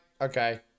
Okay